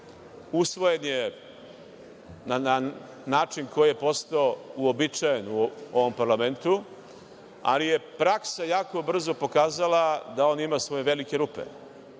Usvojen je na način koji je postao uobičajen u ovom parlamentu, ali je praksa jako brzo pokazala da on ima svoje velike rupe